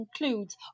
includes